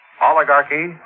oligarchy